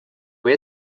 või